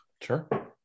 Sure